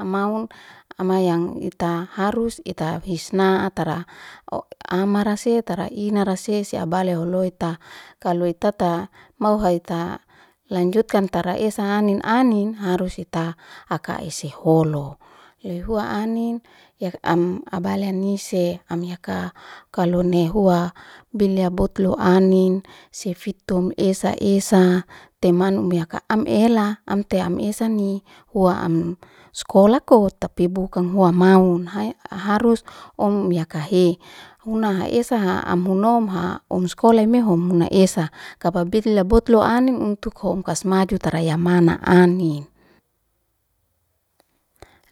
Amaun ama yang ita harus ita hisna atara o amara se tara ina ra se se abale holoe ta. kaloe tata mau haita lanjutakan tara esa annin annin harus ita haka eso ho lo. lehua annin yef am abalia ni se amyaka kalo ne hua binle botlo annin sefitom esa esa temanu'm behaka'am ela am te amesan ni hua am skola ko tapi bukan hua maun hay harus omyakahe huna ha esa ha am hunom ha um skola me hom huna esa kabab bitle botlo annin untuk hom kas maju tara yamana annin.